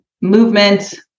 movement